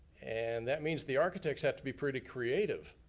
and that means the architects have to be pretty creative,